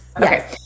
Okay